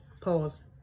pause